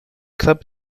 club